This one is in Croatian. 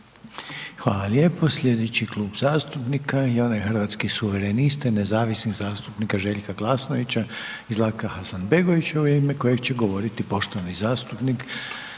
Hvala lijepo. Slijedeći Klub zastupnika je onaj Hrvatskih suverenista i nezavisnih zastupnika Željka Glasnovića i Zlatka Hasanbegovića u ime kojeg će govoriti poštovani zastupnik